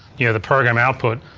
you know the program output,